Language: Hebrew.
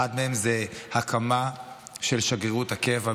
אחת מהן היא הקמה של שגרירות הקבע בירושלים,